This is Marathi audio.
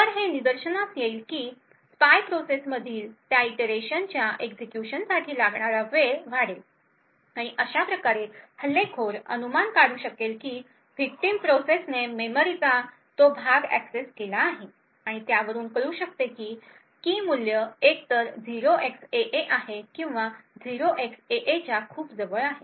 तर हे निदर्शनास येईल की स्पाय प्रोसेसमधील त्या इटरेशनच्या एक्झिक्युशनसाठी लागणारा वेळ वाढेल आणि अशा प्रकारे हल्लेखोर अनुमान काढू शकेल की विक्टिम प्रोसेसने मेमरीचा तो भाग एक्सेस केला आहे आणि त्यावरून कळू शकते की की मूल्य एकतर 0xAA आहे किंवा 0xAA च्या खूप जवळ आहे